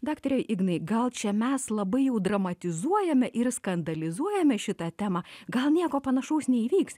daktare ignai gal čia mes labai jau dramatizuojame ir skandalizuojeme šitą temą gal nieko panašaus neįvyks